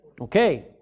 Okay